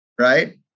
right